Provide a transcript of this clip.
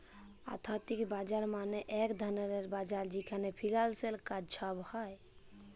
আথ্থিক বাজার মালে যে ধরলের বাজার যেখালে ফিল্যালসের কাজ ছব হ্যয়